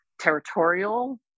territorial